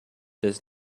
does